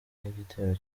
n’igitero